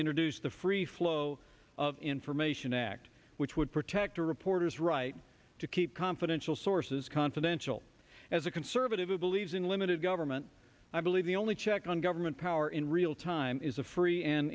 introduced the free flow of information act which would protect a reporter's right to keep confidential sources confidential as a concern who believes in limited government i believe the only check on government power in real time is a free and